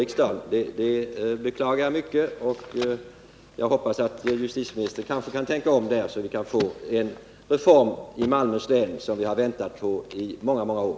Jag beklagar denna inställning mycket och hoppas att justitieministern tänker om på denna punkt. I så fall skulle vi kanske ändå kunna få en sådan reform i Malmöhus län som vi har väntat på i många år.